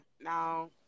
no